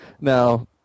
Now